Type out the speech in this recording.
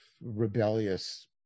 rebellious